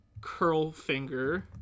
Curlfinger